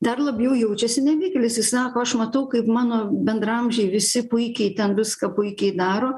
dar labiau jaučiasi nevykėlis jis sako aš matau kaip mano bendraamžiai visi puikiai ten viską puikiai daro